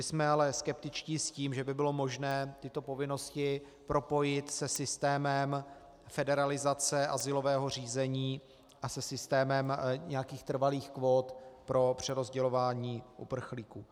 Jsme ale skeptičtí s tím, že by bylo možné tyto povinnosti propojit se systémem federalizace azylového řízení a se systémem nějakých trvalých kvót pro přerozdělování uprchlíků.